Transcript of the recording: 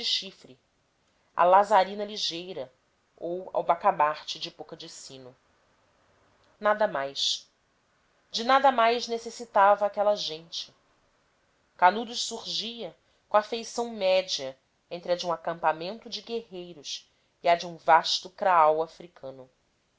chifre à lazarina ligeira ou ao bacamarte de boca de sino nada mais de nada mais necessitava aquela gente canudos surgia com a feição média entre a de um acampamento de guerreiros e a de um vasto kraal africano